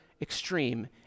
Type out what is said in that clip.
extreme